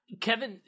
Kevin